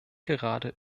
gerade